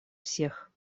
всех